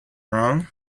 wrong